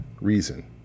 reason